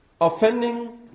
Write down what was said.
offending